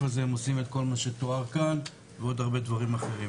הזה הם עושים את כל מה שתואר כאן ועוד הרבה דברים אחרים.